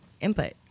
input